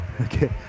okay